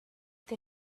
the